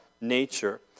nature